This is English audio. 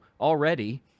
already